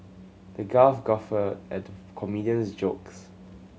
the guffawed at the comedian's jokes